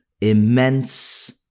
immense